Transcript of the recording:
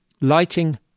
Lighting